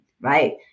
right